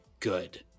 good